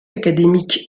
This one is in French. académique